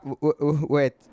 Wait